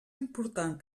important